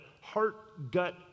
heart-gut